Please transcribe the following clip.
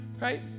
right